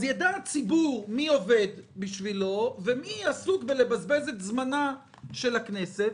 אז יידע הציבור מי עובד בשבילו ומי עסוק בלבזבז את זמנה של הכנסת.